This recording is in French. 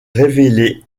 révélée